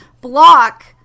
Block